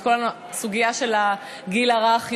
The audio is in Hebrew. את כל הסוגיה של הגיל הרך,